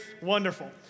Wonderful